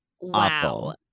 Wow